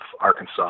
Arkansas